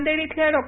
नांदेड इथल्या डॉ